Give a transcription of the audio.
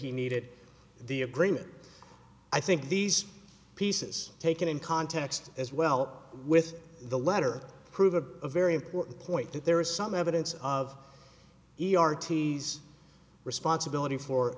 he needed the agreement i think these pieces taken in context as well with the letter prove a very important point that there is some evidence of e r t s responsibility for